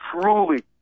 truly